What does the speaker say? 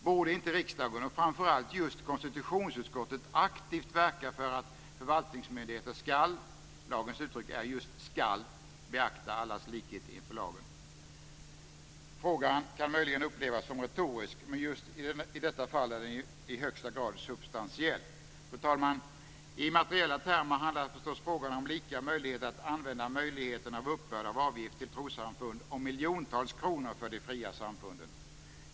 Borde inte riksdagen och framför allt just konstitutionsutskottet aktivt verka för att förvaltningsmyndigheter skall - lagens uttryck är just skall - beakta allas likhet inför lagen? Frågan kan möjligen upplevas som retorisk. Men just här i detta fall är den i högsta grad substantiell! Fru talman! I materiella termer handlar förstås frågan om lika möjligheter att använda möjligheten av uppbörd av avgift till trossamfund om miljontals kronor för de fria samfunden.